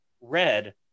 red